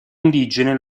indigene